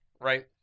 right